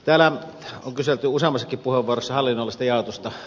täällä on kyselty useammassakin puheenvuorossa hallinnollista jaotusta